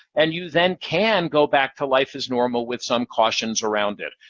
and you then can go back to life as normal with some cautions around it.